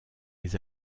les